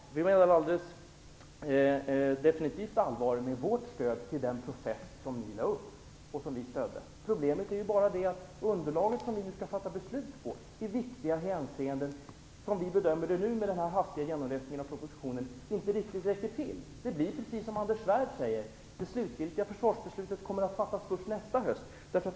Vi menar alldeles definitivt allvar med vårt stöd till den process som ni lade upp. Problemet är bara det att det underlag som vi skall grunda vårt beslut på i viktiga hänseenden - som vi bedömer det nu efter en hastig genomläsning av propositionen - inte riktigt räcker till. Det blir precis som Anders Svärd säger, att det slutgiltiga försvarsbeslutet kommer att fattas nästa höst.